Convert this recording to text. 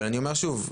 אבל שוב,